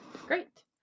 Great